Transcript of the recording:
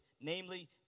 namely